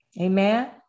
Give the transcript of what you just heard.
Amen